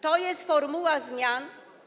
To jest formuła zmian.